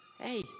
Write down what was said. hey